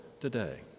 today